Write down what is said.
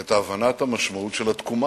ואת הבנת המשמעות של התקומה.